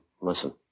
Listen